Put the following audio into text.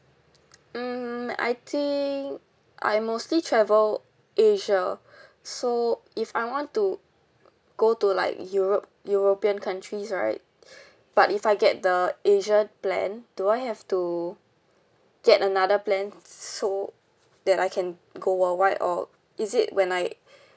hmm I think I mostly travel asia so if I want to go to like europe european countries right but if I get the asian plan do I have to get another plan so that I can go worldwide or is it when like